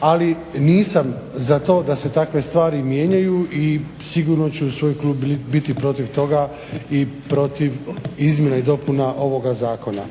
ali nisam za to da se takve stvari mijenjaju i sigurno ću uz svoj klub biti protiv toga i protiv izmjena i dopuna ovoga Zakona.